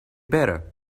better